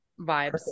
Vibes